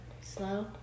slow